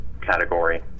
category